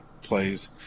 plays